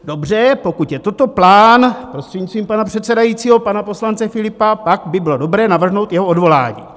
Dobře, pokud je toto plán, prostřednictvím pana předsedajícího, pana poslance Filipa, pak by bylo dobré navrhnout jeho odvolání.